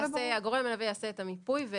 הגורם המלווה יעשה את המיפוי,